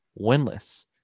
winless